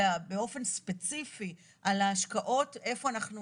אלא באופן ספציפי על ההשקעות איפה אנחנו